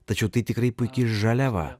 tačiau tai tikrai puiki žaliava